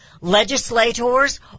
legislators